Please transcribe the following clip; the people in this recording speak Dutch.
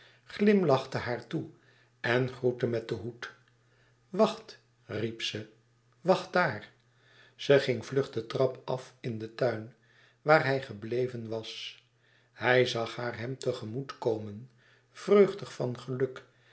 haar toe en groette met den hoed wacht riep ze wacht daar ze ging vlug de trap af in den tuin waar hij gebleven was hij zag haar hem tegemoet komen vreugdig van geluk